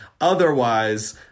Otherwise